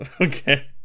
Okay